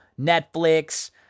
Netflix